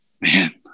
Man